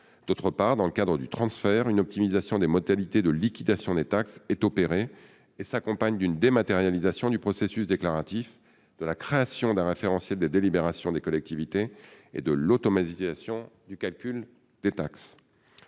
le transfert permet une optimisation des modalités de liquidation des taxes en sus d'une dématérialisation du processus déclaratif, de la création d'un référentiel des délibérations des collectivités et de l'automatisation du calcul des taxes.